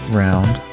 round